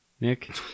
Nick